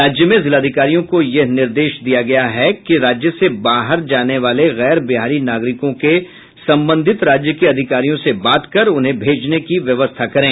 राज्य में जिलाधिकारियों को यह निर्देश दिया गया है कि राज्य से बाहर जाने वाले गैर बिहारी नागरिकों के संबंधित राज्य के अधिकारियों से बात कर उन्हें भेजने की व्यवस्था करें